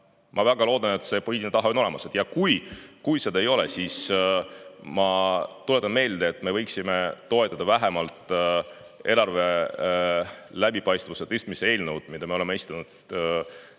Ma väga loodan, et see poliitiline tahe on olemas. Ja kui seda ei ole, siis ma tuletan meelde, et me võiksime toetada vähemalt eelarve läbipaistvuse parandamise eelnõu, mille me esitasime nädal